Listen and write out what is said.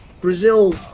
Brazil